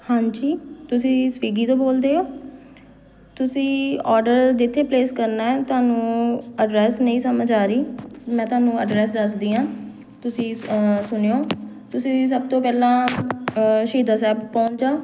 ਹਾਂਜੀ ਤੁਸੀਂ ਸਵਿਗੀ ਤੋਂ ਬੋਲਦੇ ਹੋ ਤੁਸੀਂ ਔਡਰ ਜਿੱਥੇ ਪਲੇਸ ਕਰਨਾ ਤੁਹਾਨੂੰ ਐਡਰੈਸ ਨਹੀਂ ਸਮਝ ਆ ਰਹੀ ਮੈਂ ਤੁਹਾਨੂੰ ਐਡਰੈਸ ਦੱਸਦੀ ਹਾਂ ਤੁਸੀਂ ਸੁਣਿਓ ਤੁਸੀਂ ਸਭ ਤੋਂ ਪਹਿਲਾਂ ਸ਼ਹੀਦਾਂ ਸਾਹਿਬ ਪਹੁੰਚ ਜਾਓ